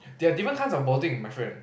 there are different kinds of balding my friend